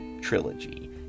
trilogy